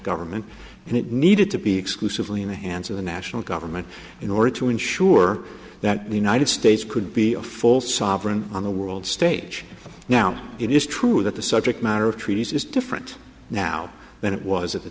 government and it needed to be exclusively in the hands of the national government in order to ensure that the united states could be a full sovereign on the world stage now it is true that the subject matter of treaties is different now than it was at the